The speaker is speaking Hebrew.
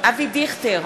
אבי דיכטר,